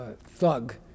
Thug